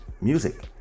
music